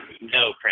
no